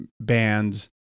bands